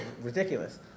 ridiculous